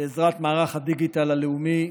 בעזרת מערך הדיגיטל הלאומי,